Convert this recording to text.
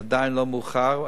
עדיין לא מאוחר.